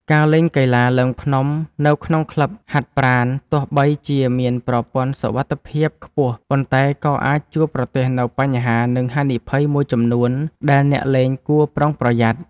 ការលេងកីឡាឡើងភ្នំនៅក្នុងក្លឹបហាត់ប្រាណ ទោះបីជាមានប្រព័ន្ធសុវត្ថិភាពខ្ពស់ ប៉ុន្តែក៏អាចជួបប្រទះនូវបញ្ហា និងហានិភ័យមួយចំនួនដែលអ្នកលេងគួរប្រុងប្រយ័ត្ន។